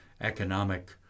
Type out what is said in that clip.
economic